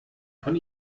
von